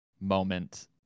moment